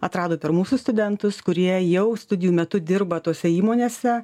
atrado per mūsų studentus kurie jau studijų metu dirba tose įmonėse